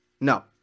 No